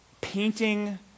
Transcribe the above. painting